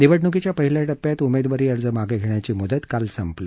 निवडणुकीच्या पहिल्या टप्प्यात उमेदवारी अर्ज मागे घेण्याची मुदत काल संपली